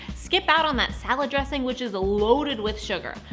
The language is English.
skip out on that salad dressing, which is loaded with sugar.